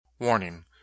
Warning